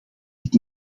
dit